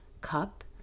cup